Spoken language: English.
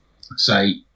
say